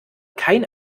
kein